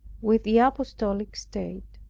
with the apostolic state.